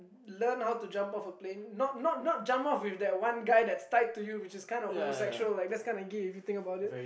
learn how to jump off a plane not not not jump off with that one guy that's tied to you which is kind of homosexual like that's kind of gay if you think about it